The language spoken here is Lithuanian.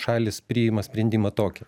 šalys priima sprendimą tokį